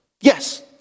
yes